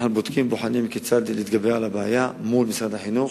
אנחנו בודקים ובוחנים כיצד להתגבר על הבעיה מול משרד החינוך,